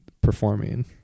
performing